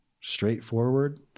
straightforward